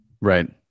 Right